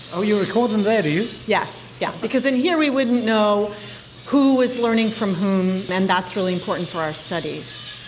oh, you record them there, do you? yes, yeah because in here we wouldn't know who was learning from whom and that's really important for our studies.